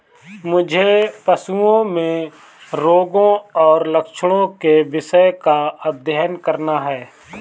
मुझे पशुओं में रोगों और लक्षणों के विषय का अध्ययन करना है